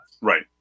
right